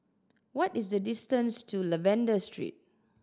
what is the distance to Lavender Street